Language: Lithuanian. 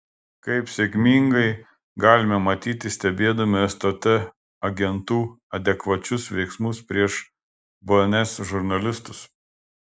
kaip sėkmingai galime matyti stebėdami stt agentų adekvačius veiksmus prieš bns žurnalistus